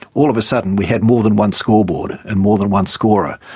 all of a sudden we had more than one scoreboard and more than one scorer,